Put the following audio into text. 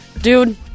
dude